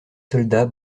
soldats